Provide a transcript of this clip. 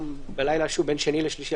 בלילה בין שני לשלישי,